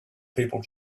people